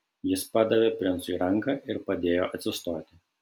jis padavė princui ranką ir padėjo atsistoti